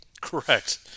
correct